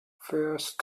first